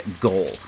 goal